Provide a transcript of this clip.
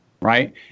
right